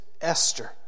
Esther